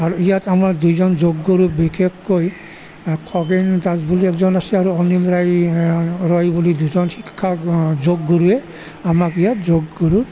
আৰু ইয়াত আমাৰ দুজন যোগগুৰু বিশেষকৈ খগেন দাস বুলি এজন আছে আৰু অনিল ৰায় ৰয় বুলি দুজন শিক্ষক যোগগুৰুৱে আমাক ইয়াত যোগগুৰু